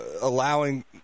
allowing